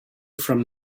from